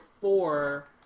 four –